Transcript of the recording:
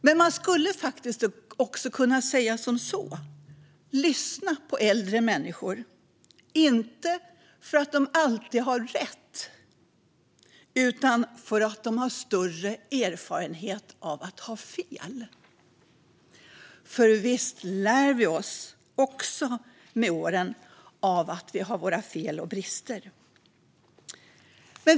Men man skulle faktiskt också kunna säga som så: Lyssna på äldre människor - inte för att de alltid har rätt, utan för att de har större erfarenhet av att ha fel! För visst lär vi oss också med åren av att vi har våra fel och brister!